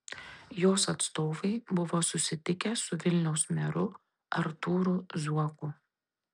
jos atstovai buvo susitikę su vilniaus meru artūru zuoku